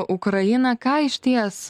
ukrainą ką išties